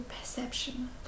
perception